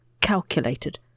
calculated